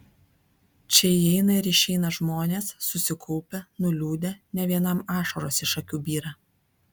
čia įeina ir išeina žmonės susikaupę nuliūdę ne vienam ašaros iš akių byra